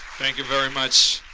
thank you very much.